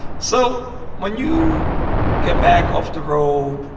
so when you get back off the road,